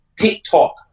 TikTok